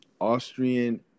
Austrian